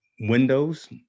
windows